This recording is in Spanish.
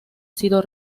sido